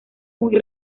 muy